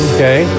Okay